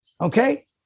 Okay